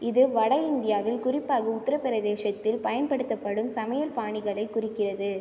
இது வட இந்தியாவில் குறிப்பாக உத்திரப்பிரதேசத்தில் பயன்படுத்தப்படும் சமையல் பாணிகளைக் குறிக்கிறது